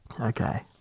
Okay